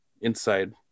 inside